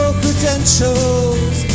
credentials